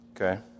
Okay